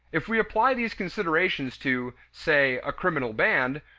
if we apply these considerations to, say, a criminal band,